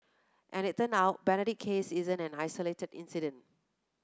and it turn out Benedict's case isn't an isolated incident